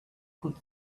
could